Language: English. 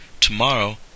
Tomorrow